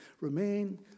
remain